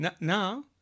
Now